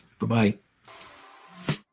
Bye-bye